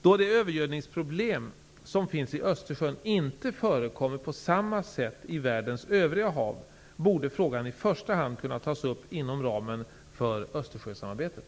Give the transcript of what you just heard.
Då det övergödningsproblem som finns i Östersjön inte förekommer på samma sätt i världens övriga hav, borde frågan i första hand kunna tas upp inom ramen för Östersjösamarbetet.